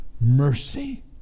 mercy